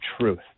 truth